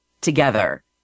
together